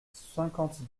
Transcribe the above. cinquante